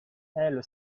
elle